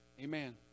Amen